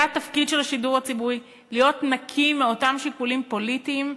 זה התפקיד של השידור הציבורי: להיות נקי מאותם שיקולים פוליטיים,